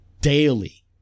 daily